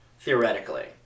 theoretically